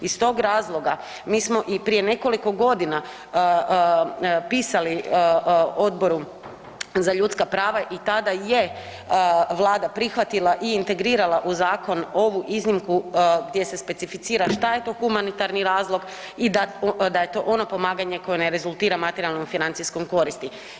Iz tog razloga mi smo i prije nekoliko godina pisali Odboru za ljudska prava i tada je Vlada prihvatila i integrirala u zakon ovu iznimku gdje se specificira šta je to humanitarni razlog i da je to ono pomaganje koje ne rezultira materijalnom financijskom koristi.